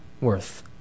worth